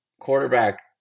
quarterback